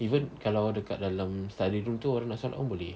even kalau dekat dalam study room tu orang nak solat pun boleh